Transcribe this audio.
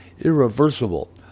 irreversible